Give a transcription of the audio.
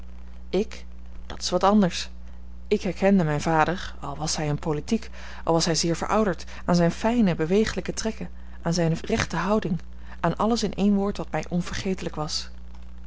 ik dat is wat anders ik herkende mijn vader al was hij in politiek al was hij zeer verouderd aan zijne fijne bewegelijke trekken aan zijne rechte houding aan alles in één woord wat mij onvergetelijk was